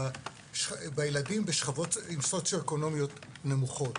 בילדים בשכבות עם סוציו-אקונומיות נמוכות.